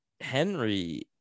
Henry